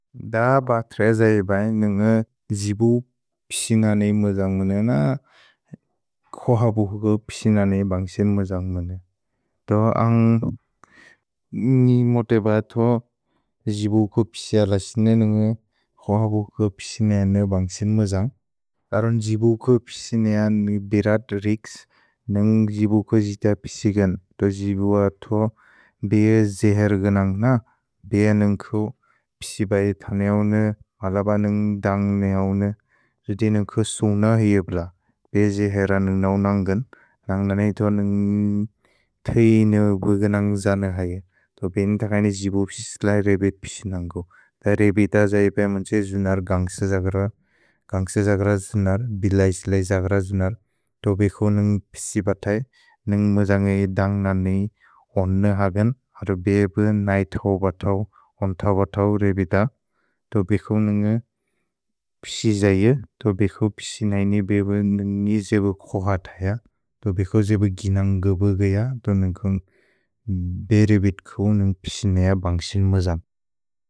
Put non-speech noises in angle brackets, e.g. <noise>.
अ बत्र जयिबय् न्न्ग् जिबु पिसिननेइ म्जन्ग्न् न <hesitation> क्सुहबुह्कु पिसिननेइ बन्ग्सिन् म्जन्ग्न्। त् अन्ग् निमोते बत् जिबुकु पिसि अलसिनि न्न्ग् क्सुहबुह्कु पिसिननेइ बन्ग्सिन् म्जन्ग्। तरोन् जिबुकु पिसिननेइ बेरत् रिक्स् न्न्ग् जिबुकु जित पिसिगन्। त् जिबु अत् बेजे जेहेर्गनन्ग् न बेज न्न्ग्कु पिसि बयेतनेओने, अलब न्न्ग् दन्गनेओने। रिति न्न्ग्कु सुन हिएब्ल, बेजे जेहेर न्न्ग् नौन्गन्। नन्ग् नने इत् न्न्ग् तेइ न्न्ग् गुगनन्ग् जन हैए। त् बेनि तक्सनि जिबु पिस्लै रेबित् पिसिनन्गो। त रेबित जैपे मन्छे जुनर् गन्ग्स जग्र। गन्ग्स जग्र जुनर्, बिलैस्लै जग्र जुनर्। त् बेजो न्न्ग् पिसि बतै। न्न्ग् म्जन्ग् इ दन्ग् ननेइ ओन्न हगन्। अत् बेजे बु नैत् बत्, ओन्त् बत् रेबित। त् बेजो न्न्ग् पिसि जैए। त् बेजो पिसि ननेइ बेजो न्न्ग् नि जिबु क्सुहतै य। त् बेजो जिबु गिनन्ग् गुबुगुइ य। त् न्न्ग्कु बेरिबित्कु न्न्ग् पिसि न य बन्ग्सिन् म्जन्ग्।